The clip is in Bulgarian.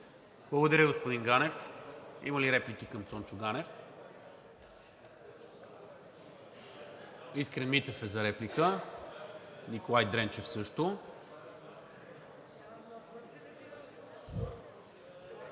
Благодаря, господин Ганев. Има ли реплики към Цончо Ганев? Искрен Митев е за реплика, Николай Дренчев също.